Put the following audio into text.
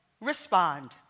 respond